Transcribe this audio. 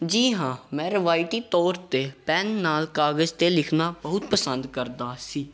ਜੀ ਹਾਂ ਮੈਂ ਰਵਾਇਤੀ ਤੌਰ 'ਤੇ ਪੈੱਨ ਨਾਲ ਕਾਗਜ਼ 'ਤੇ ਲਿਖਣਾ ਬਹੁਤ ਪਸੰਦ ਕਰਦਾ ਸੀ